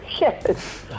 yes